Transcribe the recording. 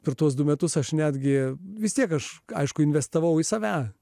per tuos du metus aš netgi vis tiek aš aišku investavau į save